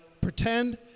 pretend